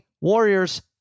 Warriors